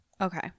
Okay